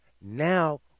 Now